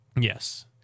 Yes